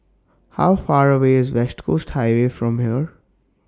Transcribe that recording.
How Far away IS West Coast Highway from here